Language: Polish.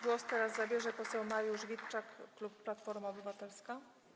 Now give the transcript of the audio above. Głos teraz zabierze poseł Mariusz Witczak, klub Platforma Obywatelska.